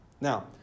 Now